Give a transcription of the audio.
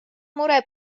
mure